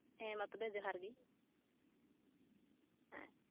ᱦᱮᱸ ᱢᱟ ᱛᱚᱵᱮ ᱡᱚᱦᱟᱨ ᱜᱮ ᱦᱮᱸ